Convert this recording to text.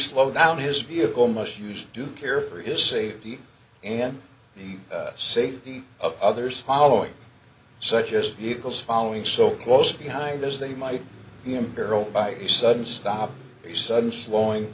slow down his vehicle must use due care for his safety and the safety of others following such as equals following so close behind as they might be embarrassed by a sudden stop a sudden slowing